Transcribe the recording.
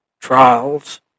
trials